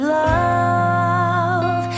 love